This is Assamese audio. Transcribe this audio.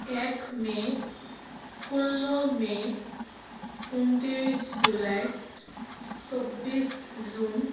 এক মে' ষোল্ল মে' উনত্ৰিছ জুলাই চৌব্বিছ জুন